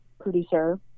producer